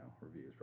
reviews